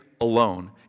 alone